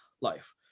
life